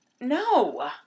No